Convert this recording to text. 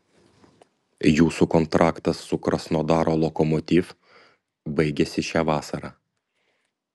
jūsų kontraktas su krasnodaro lokomotiv baigiasi šią vasarą